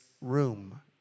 room